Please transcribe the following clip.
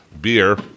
beer